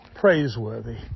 praiseworthy